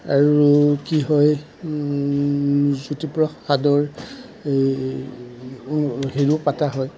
আৰু কি হয় জ্যোতিপ্ৰসাদৰ হেৰিও পতা হয়